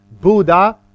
Buddha